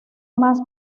más